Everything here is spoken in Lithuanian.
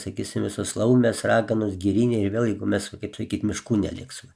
sakysim visos laumės raganos giriniai ir vėl jeigu mes va kaip sakyt miškų neliksim